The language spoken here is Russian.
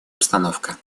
обстановка